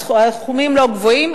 הסכומים לא גבוהים.